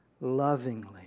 lovingly